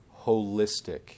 holistic